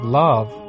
love